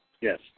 yes